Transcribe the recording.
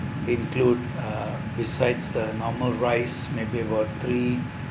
include uh besides the normal rice maybe about three